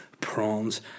prawns